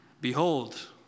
Behold